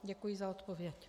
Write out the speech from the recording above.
Děkuji za odpověď.